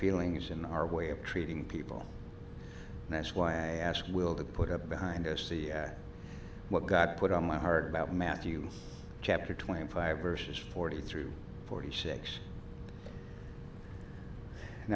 peelings in our way of treating people and that's why i asked will to put up behind us the what got put on my heart about matthew chapter twenty five verses forty three forty six